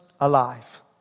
alive